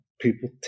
people